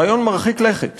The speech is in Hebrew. רעיון מרחיק לכת